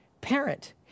parent